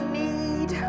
need